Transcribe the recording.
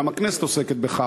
גם הכנסת עוסקת בכך,